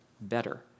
better